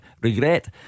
regret